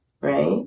right